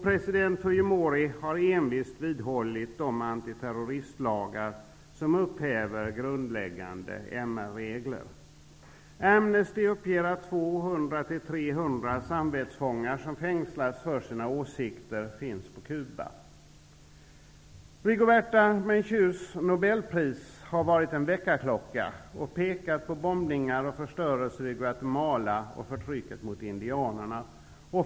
President Fujimori har envist vidhållit de antiterroristlagar som upphäver grundläggande Amnesty uppger att 200--300 samvetsfångar -- som fängslats för sina åsikter -- finns på Cuba. Rigoberta Menchús nobelpris har varit en väckarklocka och pekat på bombningar och förstörelse i Guatemala och förtrycket mot indianerna.